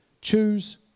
Choose